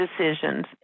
decisions